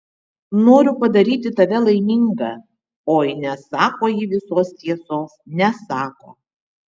noriu padaryti tave laimingą oi nesako ji visos tiesos nesako